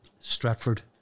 Stratford